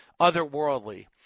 otherworldly